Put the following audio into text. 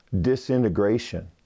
disintegration